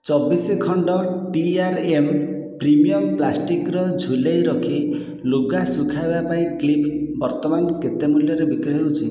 ଚବିଶ ଖଣ୍ଡ ଟି ଆର ଏମ ପ୍ରିମିୟମ୍ ପ୍ଲାଷ୍ଟିକ୍ର ଝୁଲେଇ ରଖି ଲୁଗା ଶୁଖାଇବାପାଇଁ କ୍ଲିପ୍ ବର୍ତ୍ତମାନ କେତେ ମୂଲ୍ୟରେ ବିକ୍ରି ହେଉଛି